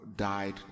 died